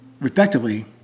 respectively